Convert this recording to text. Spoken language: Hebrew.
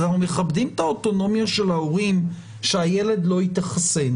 אנחנו מכבדים את האוטונומיה של ההורים שהילד לא יתחסן